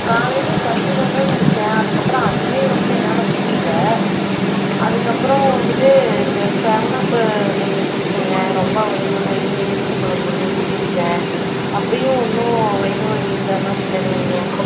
காலையில் கஞ்சி தாங்க குடிச்சேன் அதுக்கப்புறம் அதுவே வந்துட்டு என்னால் முடியல அதுக்கப்புறோம் வந்துவிட்டு இந்த சவனப்பு கொஞ்சம் குடிச்சேங்க ரொம்ப வயிறு வலியாக இருக்குதுனு எலுமிச்சம் பழம் புழிஞ்சிவுட்டு குடித்தேன் அப்போயும் ஒன்றும் வயிறு வலி நிற்கிறமாரி தெரிலைங்க